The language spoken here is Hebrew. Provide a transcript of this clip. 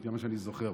עד כמה שאני זוכר,